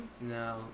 No